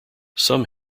some